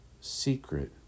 secret